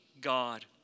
God